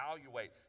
evaluate